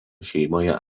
šeimoje